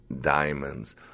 diamonds